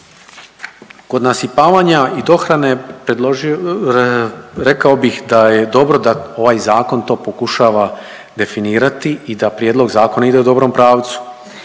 Kod nasipavanja i dohrane predložio, rekao bih da je dobro da ovaj zakon to pokušava definirati i da prijedlog zakona ide u dobrom pravcu.